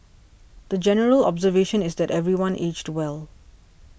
the general observation is that everyone aged well